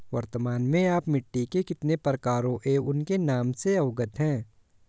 वर्तमान में आप मिट्टी के कितने प्रकारों एवं उनके नाम से अवगत हैं?